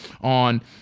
on